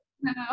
No